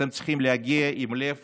אתם צריכים להגיע עם לב